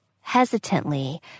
Hesitantly